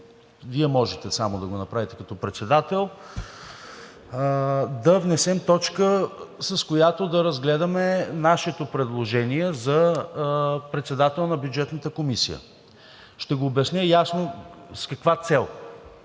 Вие можете сам да го направите като председател, да внесем точка, с която да разгледаме нашето предложение за председател на Бюджетната комисия. Ще го обясня ясно с каква цел.